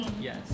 Yes